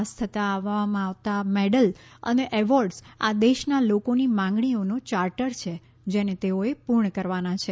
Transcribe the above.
pass થતા આપવામાં આવતા મેડલ અને એવોર્ડ્સ આ દેશના લોકોની માંગણીઓનો ચાર્ટર છે જેને તેઓએ પૂર્ણ કરવાના છે